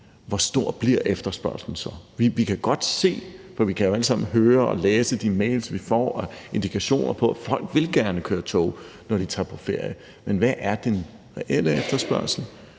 hvor stor efterspørgslen så bliver. Vi kan godt se, for vi kan jo alle sammen høre og læse de mails, vi får, at der er indikationer på, at folk gerne vil køre i tog, når de tager på ferie. Men hvad er den reelle efterspørgsel?